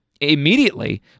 immediately